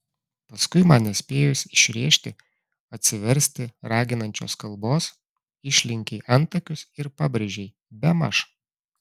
paskui man nespėjus išrėžti atsiversti raginančios kalbos išlenkei antakius ir pabrėžei bemaž